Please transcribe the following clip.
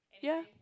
ya